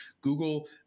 Google